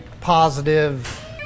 positive